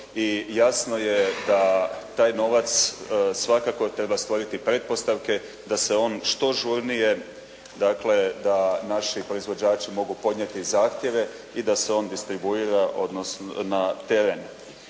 jasno je da taj novac svakako treba stvoriti pretpostavke da se on što žurnije, dakle da naši proizvođači mogu podnijeti zahtjeve i da se on distribuira na teren.